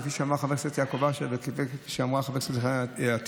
כפי שאמר חבר הכנסת יעקב ואשר וכפי שאמרה חברת הכנסת אתי עטייה.